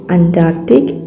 Antarctic